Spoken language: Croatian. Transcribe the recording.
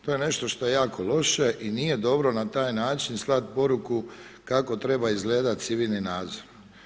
To je nešto što je jako loše i nije dobro na taj način slati poruku kako treba izgledat civilni nadzor.